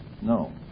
No